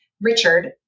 Richard